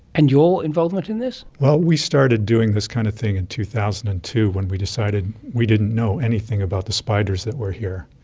and your involvement in this? well, we started doing this kind of thing in and two thousand and two when we decided we didn't know anything about the spiders that were here.